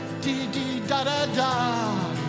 Dee-dee-da-da-da